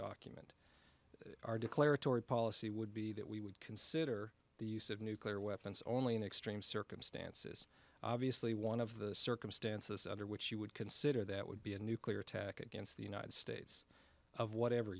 document are declaratory policy would be that we would consider the use of nuclear weapons only in extreme circumstances obviously one of the circumstances under which you would consider that would be a nuclear attack against the united states of whatever